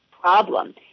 problem